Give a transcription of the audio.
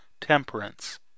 temperance